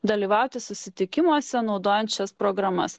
dalyvauti susitikimuose naudojant šias programas